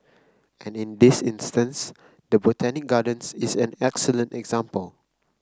and in this instance the Botanic Gardens is an excellent example